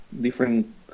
different